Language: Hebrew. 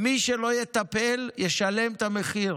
מי שלא יטפל, ישלם את המחיר.